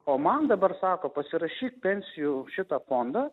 o man dabar sako pasirašyk pensijų šitą fondą